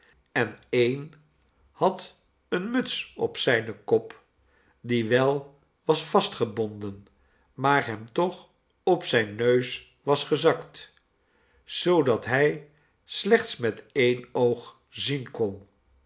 en een had eene muts op zijn kop die wel was vastgebonden maar hem toch op zijn neus was gezakt zoodat hij slechts met een oog zien kon